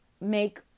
make